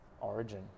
Origin